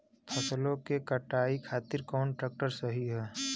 फसलों के कटाई खातिर कौन ट्रैक्टर सही ह?